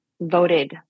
voted